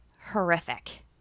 horrific